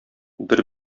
бер